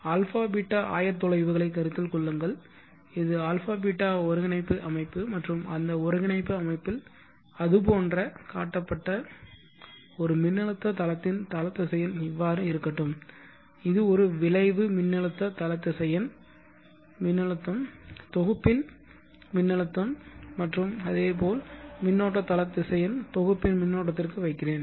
αβ ஆயத்தொலைவுகளை கருத்தில் கொள்ளுங்கள் இது αβ ஒருங்கிணைப்பு அமைப்பு மற்றும் அந்த ஒருங்கிணைப்பு அமைப்பில் அதுபோன்று காட்டப்பட்ட ஒரு மின்னழுத்த தளத்தின் தல திசையன் இவ்வாறு இருக்கட்டும் இது ஒரு விளைவு மின்னழுத்த தல திசையன் மின்னழுத்தம் தொகுப்பின் மின்னழுத்தம் மற்றும் அதேபோல் மின்னோட்ட தல திசையன் தொகுப்பின் மின்னூட்டத்திற்கு வைக்கிறேன்